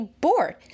bored